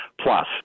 plus